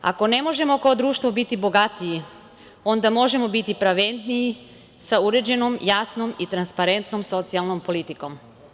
Ako ne možemo kao društvo biti bogatiji, onda možemo biti pravedniji, sa uređenom, jasnom i transparentnom socijalnom politikom.